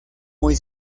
muy